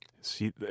See